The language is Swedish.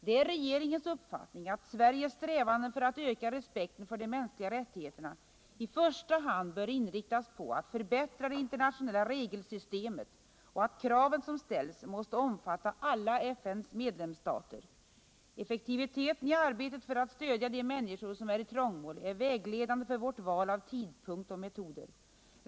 Det är regeringens uppfattning att Sveriges strävanden för att öka respekten för de mänskliga rättigheterna i första hand bör inriktas på att förbättra det internationella regelsystemet och att kraven som ställs måste omfatta alla FN:s medlemsstater. Effektiviteten i arbetet för att stödja de människor som är i trångmål är vägledande för vårt val av tidpunkt och metoder.